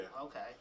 Okay